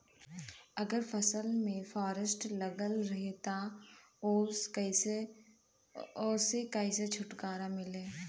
अगर फसल में फारेस्ट लगल रही त ओस कइसे छूटकारा मिली?